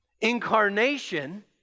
incarnation